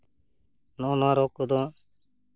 ᱱᱚᱜᱼᱚᱭᱱᱟ ᱨᱳᱜᱽ ᱠᱚᱫᱚ